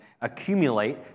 accumulate